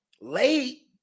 Late